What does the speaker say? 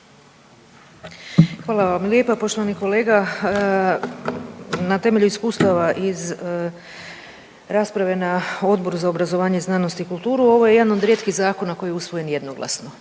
Hvala lijepa. Poštovani kolega, na temelju iskustava iz rasprave na Odboru za obrazovanje, znanost i kulturu ovo je jedan od rijetkih zakona koji je usvojen jednoglasno